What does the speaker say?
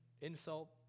insult